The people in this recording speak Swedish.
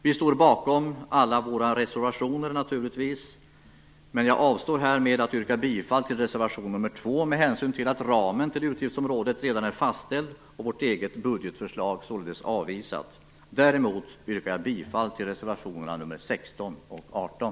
Vi står naturligtvis bakom alla våra reservationer, men jag avstår härmed från att yrka bifall till reservation nr 2, med hänsyn till att ramen för utgiftsområdet redan är fastställd och vårt eget budgetförslag således har avvisats. Däremot yrkar jag bifall till reservationerna nr 16 och 18.